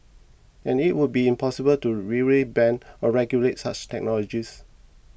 and it would be impossible to really ban or regulate such technologies